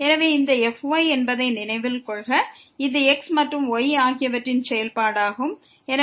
எனவே இந்த fy இது x மற்றும் y ஆகியவற்றின் செயல்பாடாகும் என்பதை நினைவில் கொள்க